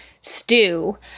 stew